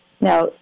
Now